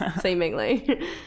seemingly